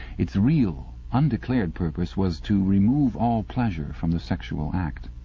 its real, undeclared purpose was to remove all pleasure from the sexual act.